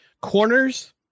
Corners